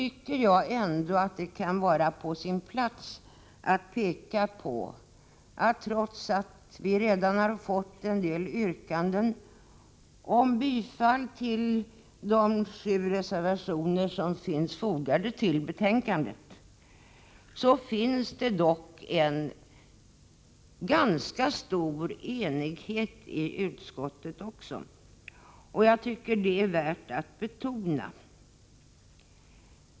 Det kan vara på sin plats att peka på att det, trots att det redan har framställts en del yrkanden om bifall till de sju reservationer som föreligger, råder en ganska stor enighet i utskottet. Jag tycker att detta är värt att betona.